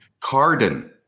Carden